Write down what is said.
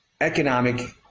economic